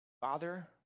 Father